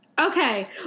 Okay